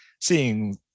seeing